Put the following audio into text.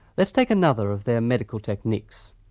let's take another of their medical techniques.